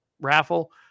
raffle